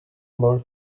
more